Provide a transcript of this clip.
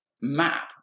map